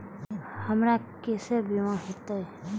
हमरा केसे बीमा होते?